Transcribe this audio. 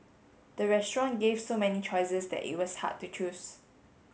the restaurant gave so many choices that it was hard to choose